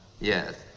Yes